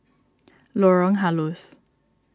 Lorong Halus